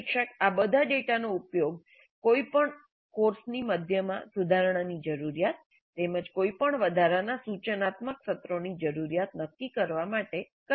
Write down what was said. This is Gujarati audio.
પ્રશિક્ષક આ બધા ડેટાનો ઉપયોગ કોઈપણ કોર્સની મધ્ય માં સુધારણાની જરૂરિયાત તેમજ કોઈપણ વધારાના સૂચનાત્મક સત્રોની જરૂરિયાત નક્કી કરવા માટે કરી શકે છે